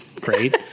great